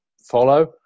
follow